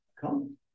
Come